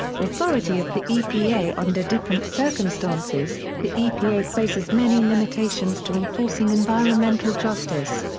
authority of the epa under different circumstances, the epa faces many limitations to enforcing environmental justice.